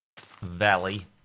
Valley